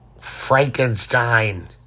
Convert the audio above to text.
Frankenstein